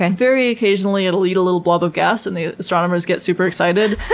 and very occasionally it'll eat a little blob of gas and the astronomers get super excited,